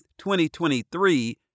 2023